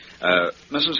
Mrs